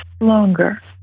longer